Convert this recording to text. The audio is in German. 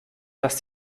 dass